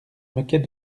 moquait